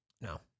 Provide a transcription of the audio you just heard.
No